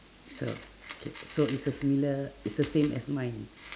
so okay so is a similiar is the same as mine